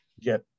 get